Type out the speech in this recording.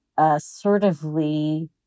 assertively